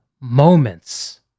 moments